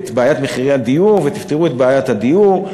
בעיית מחירי הדיור ותפתרו את בעיית הדיור.